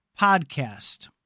podcast